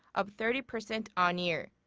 up thirty percent on-year.